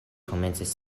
komencis